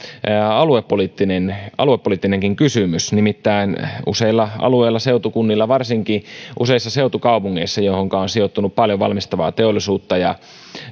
aluepoliittinenkin aluepoliittinenkin kysymys nimittäin useilla alueilla seutukunnissa varsinkin useissa seutukaupungeissa joihin on sijoittunut paljon valmistavaa teollisuutta ja